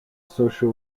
social